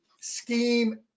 scheme